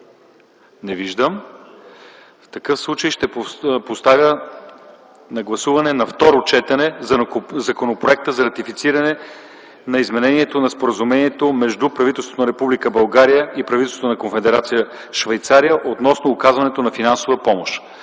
Не виждам. Поставям на гласуване на второ четене Законопроекта за ратифициране на изменението на Споразумението между правителството на Република България и правителството на Конфедерация Швейцария относно оказването на финансова помощ,